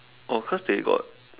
oh cause they got